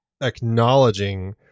acknowledging